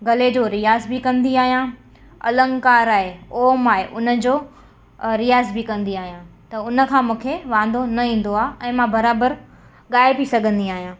गले जो रियाज़ बि कंदी आहियां अलंकार आहे ओम आहे उन जो रियाज़ बि कंदी आहियां त उन खां मूंखे वांदो न ईंदो आहे ऐं मां बराबरि ॻाए बि सघंदी आहियां